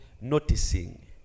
noticing